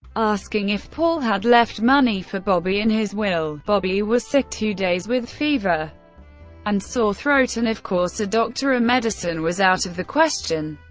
asking if paul had left money for bobby in his will bobby was sick two days with fever and sore throat and of course a doctor or ah medicine was out of the question.